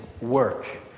work